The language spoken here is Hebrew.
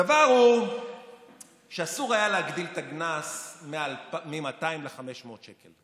הדבר הוא שאסור היה להגדיל את הקנס מ-200 ל-500 שקל,